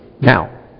Now